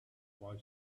boy